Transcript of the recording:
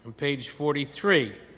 page forty three,